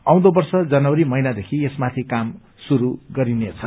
आउँदो वर्ष जनवरी महिनादेखि यसमाथि काम शुरू गरिन्दैछ